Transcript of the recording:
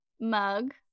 mug